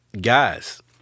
guys